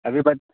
ابھی ب